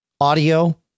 audio